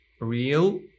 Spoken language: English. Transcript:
real